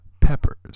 Peppers